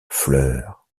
fleurs